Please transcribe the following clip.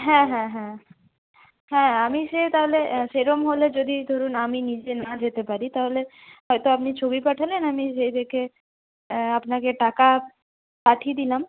হ্যাঁ হ্যাঁ হ্যাঁ হ্যাঁ আমি সে তাহলে সেরকম হলে যদি ধরুন আমি নিজে না যেতে পারি তাহলে হয়তো আপনি ছবি পাঠালেন আমি সেই দেখে আপনাকে টাকা পাঠিয়ে দিলাম